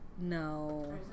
No